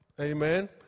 Amen